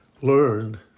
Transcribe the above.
learned